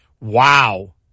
Wow